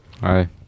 Hi